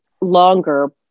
longer